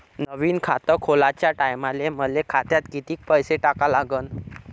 नवीन खात खोलाच्या टायमाले मले खात्यात कितीक पैसे टाका लागन?